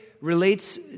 relates